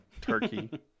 turkey